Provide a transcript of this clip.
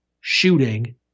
shooting